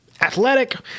athletic